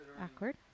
Awkward